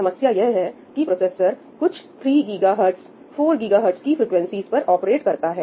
समस्या यह है कि प्रोसेसर कुछ 3 गीगाहर्टज 4 गीगाहर्टज की फ्रिकवेंसीज पर ऑपरेट करता है